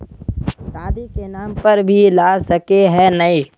शादी के नाम पर भी ला सके है नय?